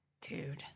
Dude